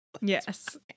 Yes